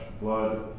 blood